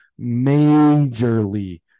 majorly